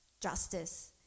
justice